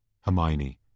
Hermione